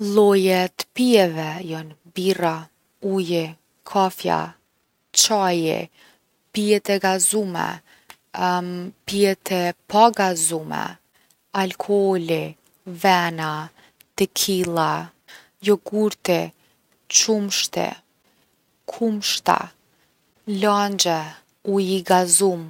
Lloje t’pijeve jon birra, uji, kafja, çaji, pijet e gazume pijet e pa gazume, alkooli, vena, tequila, jogurti, qumshti, kumshta, langje, uji i gazum.